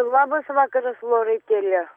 labas vakaras loretėle